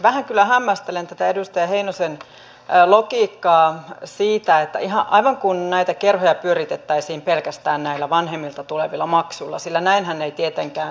vähän kyllä hämmästelen tätä edustaja heinosen logiikkaa siitä että aivan kuin näitä kerhoja pyöritettäisiin pelkästään näillä vanhemmilta tulevilla maksuilla sillä näinhän ei tietenkään ole